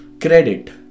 credit